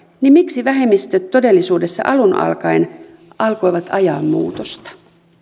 niin miksi vähemmistöt todellisuudessa alun alkaen alkoivat ajaa muutosta